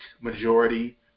majority